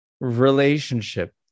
relationship